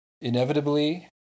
inevitably